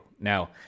Now